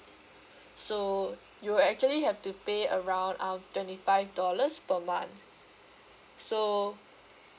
so you'll actually have to pay around um twenty five dollars per month so